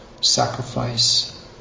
Sacrifice